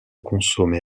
consommée